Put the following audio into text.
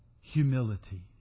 humility